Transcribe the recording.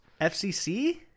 FCC